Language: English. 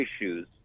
issues